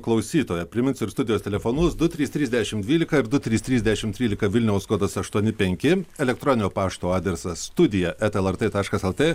klausytojo priminsiu ir studijos telefonus du trys trys dešimt dvylika ir du trys trys dešimt trylika vilniaus kodas aštuoni penki elektroninio pašto adresas studija eta lrt taškas lt